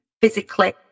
physically